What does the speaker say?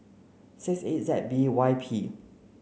six eight Z B Y P